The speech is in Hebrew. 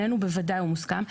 עלינו הוא בוודאי מוסכם,